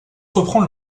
reprend